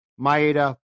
Maeda